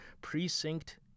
precinct